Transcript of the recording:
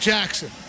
Jackson